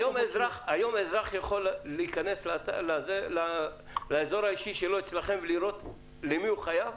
היום אזרח יכול להיכנס לאזור האישי שלו אצלכם ולראות למי הוא חייב?